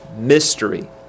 Mystery